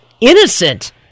innocent